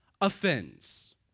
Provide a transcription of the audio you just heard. offends